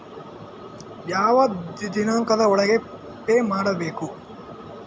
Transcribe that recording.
ಯಾವ ದಿನಾಂಕದ ಒಳಗೆ ಪೇ ಮಾಡಬೇಕು?